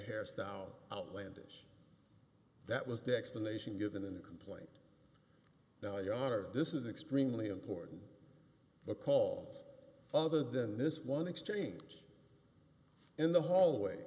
hairstyle outlandish that was the explanation given in the complaint now you are this is extremely important because other than this one exchange in the hallway